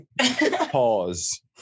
Pause